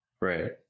Right